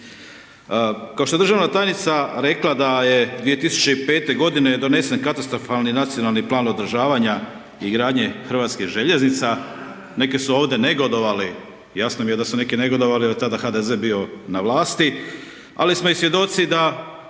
Kao što je državna tajnica rekla da je 2005. godine donesen katastrofalni nacionalni plan održavanja i gradnje hrvatskih željeznica, neki su ovdje negodovali, jasno mi je da su neki negodovali jer tada HDZ bio na vlasti, ali smo i svjedoci da